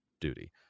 duty